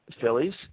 Phillies